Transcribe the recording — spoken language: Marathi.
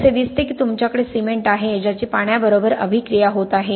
असे दिसते की तुमच्याकडे सिमेंट आहे ज्याची पाण्याबरोबर अभिक्रिया होत आहे